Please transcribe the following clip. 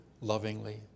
lovingly